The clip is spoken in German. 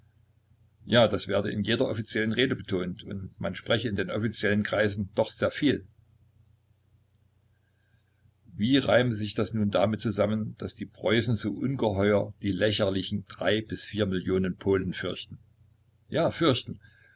ja das werde in jeder offiziellen rede betont und man spreche in den offiziellen kreisen doch sehr viel wie reime sich das nun damit zusammen daß die preußen so ungeheuer die lächerlichen drei bis vier millionen polen fürchten ja fürchten